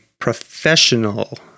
professional